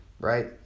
right